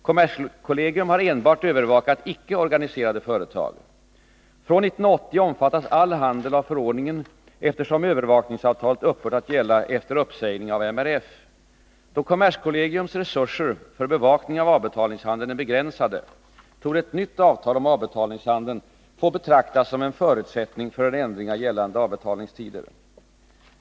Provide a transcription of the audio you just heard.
Kommerskollegium har enbart övervakat icke organiserade företag. Från 1980 omfattas all handel av förordningen, eftersom övervakningsavtalet upphört att gälla efter uppsägning av MRF. Då kommerskollegiums resurser för bevakning av avbetalningshandeln är begränsade, torde ett nytt avtal om avbetalningshandeln få betraktas som en förutsättning för en ändring av gällande avbetalningstider.